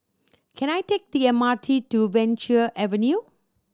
can I take the M R T to Venture Avenue